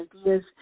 ideas